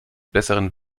besseren